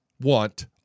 want